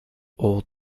old